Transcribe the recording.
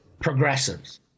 Progressives